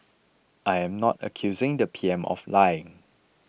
I am not accusing the P M of lying